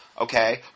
okay